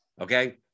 Okay